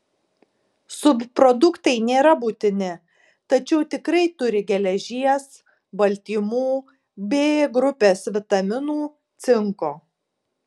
subproduktai nėra būtini tačiau tikrai turi geležies baltymų b grupės vitaminų cinko